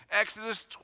Exodus